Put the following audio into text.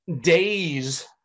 days